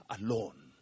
alone